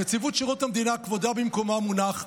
נציבות שירות המדינה, כבודה במקומו מונח.